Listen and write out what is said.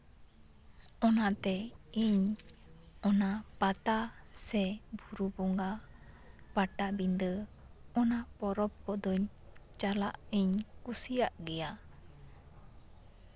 ᱚᱱᱟᱛᱮ ᱤᱧ ᱚᱱᱟ ᱯᱟᱛᱟ ᱥᱮ ᱵᱩᱨᱩ ᱵᱚᱸᱜᱟ ᱯᱟᱴᱟᱵᱤᱱᱫᱟᱹ ᱚᱱᱟ ᱯᱚᱨᱚᱵᱽ ᱠᱚᱫᱚᱧ ᱪᱟᱞᱟᱜ ᱤᱧ ᱠᱩᱥᱤᱭᱟᱜ ᱜᱮᱭᱟ